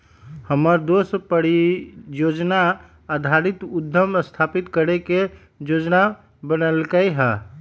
हमर दोस परिजोजना आधारित उद्यम स्थापित करे के जोजना बनलकै ह